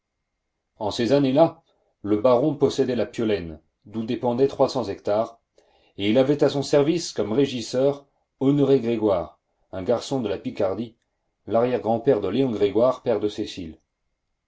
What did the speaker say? en ces années-là le baron possédait la piolaine d'où dépendaient trois cents hectares et il avait à son service comme régisseur honoré grégoire un garçon de la picardie larrière grand père de léon grégoire père de cécile